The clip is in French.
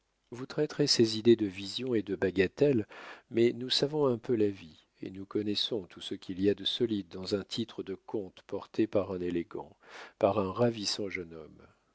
vous traiterez ces idées de visions et de bagatelles mais nous savons un peu la vie et nous connaissons tout ce qu'il y a de solide dans un titre de comte porté par un élégant par un ravissant jeune homme